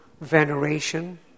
veneration